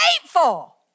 hateful